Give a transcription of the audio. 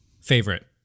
favorite